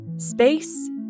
Space